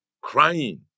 crying